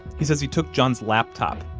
he says he took john's laptop,